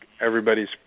everybody's